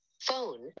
phone